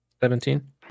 Seventeen